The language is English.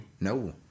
No